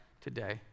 today